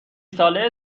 ساله